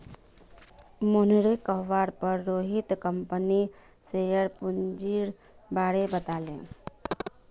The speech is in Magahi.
मोहनेर कहवार पर रोहित कंपनीर शेयर पूंजीर बारें बताले